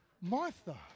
Martha